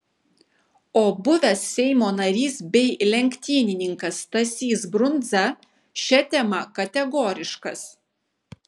o buvęs seimo narys bei lenktynininkas stasys brundza šia tema kategoriškas